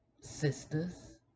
Sisters